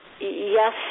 yes